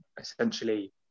essentially